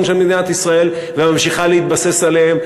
של מדינת ישראל והיא ממשיכה להתבסס עליהם.